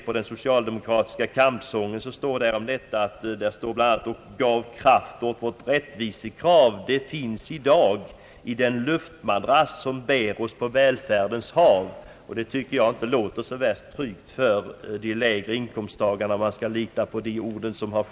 I den socialdemokratiska kampsången står: »——— gav kraft åt vårt rättvisekrav, det finns i dag i den luftmadrass som bär oss på välfärdens hav.» Det låter inte så värst tryggt för de lägre inkomsttagarna. Herr talman!